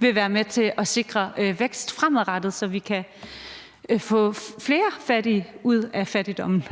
vil være med til at sikre vækst fremadrettet, så vi kan få flere fattige ud af fattigdommen.